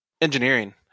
Engineering